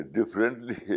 Differently